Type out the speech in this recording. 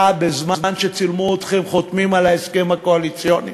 בזמן שצילמו אתכם חותמים על ההסכם הקואליציוני